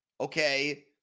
Okay